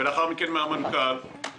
ולאחר מכן ממנכ"ל משרד האוצר,